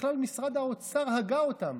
בכלל משרד האוצר הגה אותם.